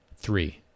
three